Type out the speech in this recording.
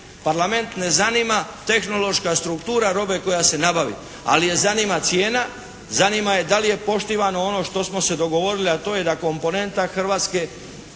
Parlament ne zanima tehnološka struktura robe koja se nabavi, ali je zanima cijena, zanima je da li je poštivano ono što smo se dogovorili, a to je da komponenta Hrvatske,